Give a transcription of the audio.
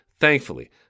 thankfully